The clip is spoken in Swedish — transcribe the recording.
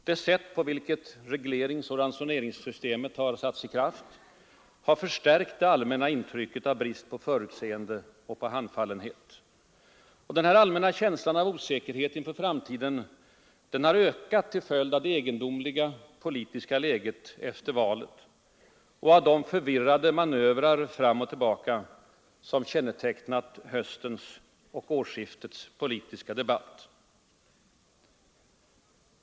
Det sätt på vilket regleringsoch ransoneringssystemet förverkligats har förstärkt det allmänna intrycket av brist på förutseende och av handfallenhet. Den allmänna känslan av osäkerhet inför framtiden har förstärkts av det egendomliga politiska läget efter valet och av de förvirrade manövrer fram och tillbaka som kännetecknat höstens och årsskiftets politiska debatt.